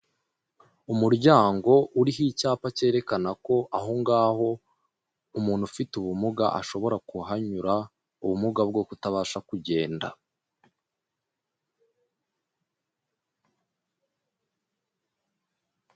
Umuryango uriho icyapa cyerekana ko ahongaho umuntu ufite ubumuga ashobora kuhanyura ubumuga bwo kutabasha kugenda.